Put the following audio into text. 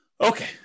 Okay